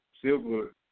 Silver